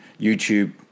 YouTube